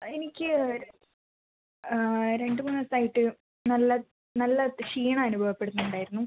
എനിക്ക് രണ്ടുമൂന്ന് ദിവസമായിട്ട് നല്ല നല്ല ക്ഷീണം അനുഭവപ്പെടുന്നുണ്ടായിരുന്നു